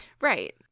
Right